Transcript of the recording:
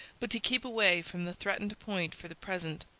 but to keep away from the threatened point for the present.